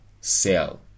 sell